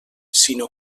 sinó